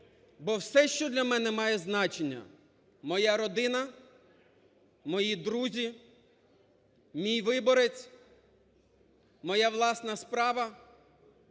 Бо все, що для мене має значення – моя родина, мої друзі, мій виборець, моя власна справа –